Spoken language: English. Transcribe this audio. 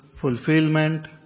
fulfillment